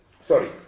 sorry